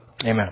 amen